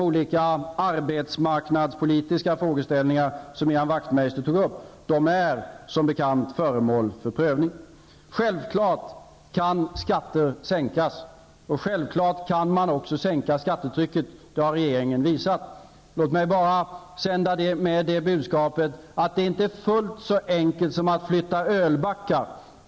Wachtmeister tog upp är, som bekant, föremål för prövning. Självfallet kan skatter sänkas, och självfallet kan man också sänka skattetrycket. Det har regeringen visat. Låt mig bara sända med budskapet att det inte är fullt så enkelt som att flytta ölbackar.